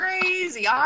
crazy